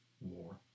war